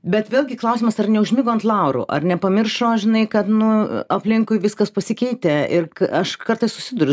bet vėlgi klausimas ar neužmigo ant laurų ar nepamiršo žinai kad nu aplinkui viskas pasikeitę ir aš kartais susiduriu